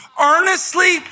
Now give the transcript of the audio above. earnestly